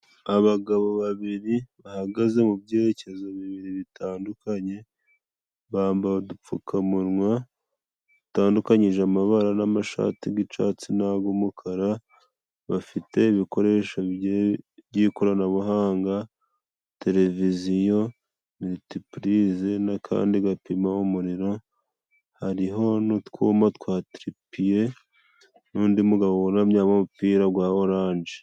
Abagabo babiri bahagaze mu byerekezo bibiri bitandukanye, bambaye udupfukamunwa dutandukanyije amabara, n'amashati y'icatsi n'ay'umukara, bafite ibikoresho by'ikoranabuhanga; televiziyo, miritipurize n'akandi gapima umuriro hariho n'utwuma twa tripiye, n'undi mugabo wunamye wambaye umupira wa oranje.